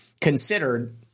considered